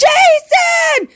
Jason